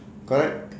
correct